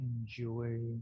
enjoy